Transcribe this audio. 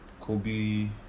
kobe